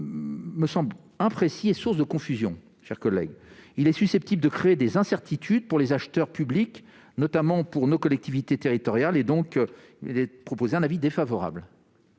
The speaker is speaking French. me semble imprécis et source de confusion. Il est susceptible de créer des incertitudes pour les acheteurs publics, notamment pour nos collectivités territoriales. La commission émet donc un avis défavorable